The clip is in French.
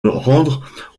rendre